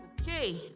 Okay